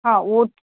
हा उहो